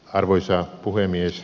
arvoisa puhemies